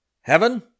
Heaven